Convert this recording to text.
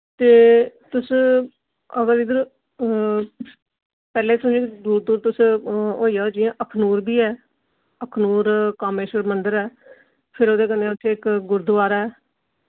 ते तुस अगर इद्धर पैह्लें तुसे दूर दूर तुस होई आओ जि'यां अखनूर बी ऐ अखनूर कामेश्वर मंदर ऐ फिर उदे कन्नै उत्थे इक गुरुद्वारा ऐ